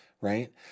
Right